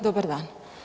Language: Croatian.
Dobar dan.